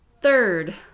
Third